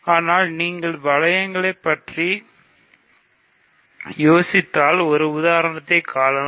ஆனால் நீங்கள் வளையங்களை பற்றி சிறிது யோசித்தாள் ஒரு உதாரணத்தைக் காணலாம்